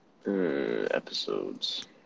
Episodes